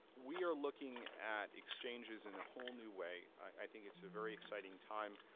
we are looking at exchanges in a whole new way. i think it's a very exciting time.